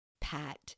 pat